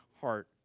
heart